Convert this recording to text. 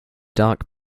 dark